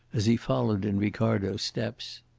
as he followed in ricardo's steps.